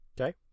Okay